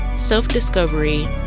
self-discovery